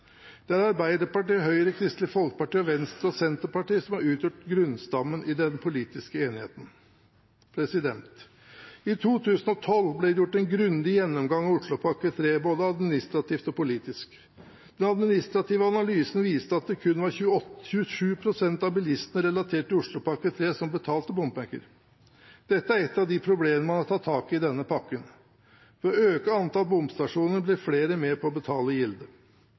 Det er Arbeiderpartiet, Høyre, Kristelig Folkeparti, Venstre og Senterpartiet som har utgjort grunnstammen i den politiske enigheten. I 2012 ble det gjort en grundig gjennomgang av Oslopakke 3, både administrativt og politisk. Den administrative analysen viste at det kun var 27 pst. av bilistene relatert til Oslopakke 3 som betalte bompenger. Dette er et av problemene man har tatt tak i i denne pakken. Ved å øke antall bomstasjoner blir flere med på å betale gildet.